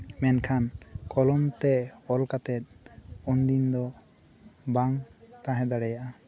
ᱢᱮᱱᱠᱷᱟᱱ ᱠᱚᱞᱚᱢ ᱛᱮ ᱚᱞ ᱠᱟᱛᱮ ᱩᱱᱫᱤᱱ ᱫᱚ ᱵᱟᱝ ᱛᱟᱦᱮᱸ ᱫᱟᱲᱮᱭᱟᱜᱼᱟ